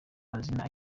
mazina